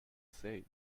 say